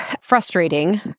frustrating